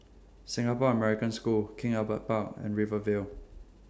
Singapore American School King Albert Park and Rivervale